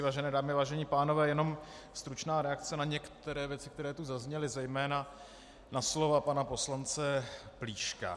Vážené dámy, vážení pánové, jenom stručná reakce na některé věci, které tu zazněly, zejména na slova pana poslance Plíška.